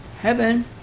heaven